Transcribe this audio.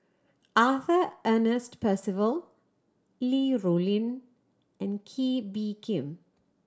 Arthur Ernest Percival Li Rulin and Kee Bee Khim